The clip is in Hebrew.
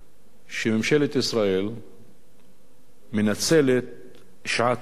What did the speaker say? שממשלת ישראל מנצלת שעת כושר,